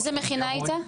באיזו מכינה היית?